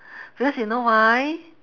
because you know why